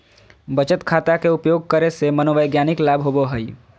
बचत खाता के उपयोग करे से मनोवैज्ञानिक लाभ होबो हइ